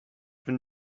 been